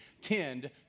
tend